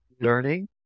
learning